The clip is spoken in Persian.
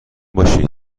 باشید